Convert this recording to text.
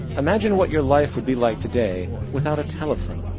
imagine what your life would be like today without a telephone,